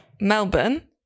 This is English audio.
Melbourne